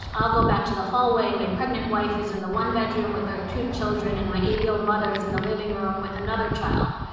i'll go back to the hallway. my pregnant wife is in the one bedroom with our two children. and my eighty year old mother is in the living room with another child.